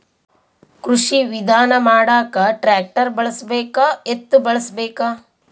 ಕೃಷಿ ವಿಧಾನ ಮಾಡಾಕ ಟ್ಟ್ರ್ಯಾಕ್ಟರ್ ಬಳಸಬೇಕ, ಎತ್ತು ಬಳಸಬೇಕ?